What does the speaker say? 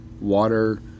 water